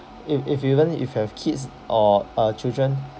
if if even if you have kids or uh children